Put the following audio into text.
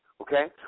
okay